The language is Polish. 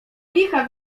licha